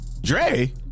Dre